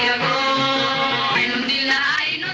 no you know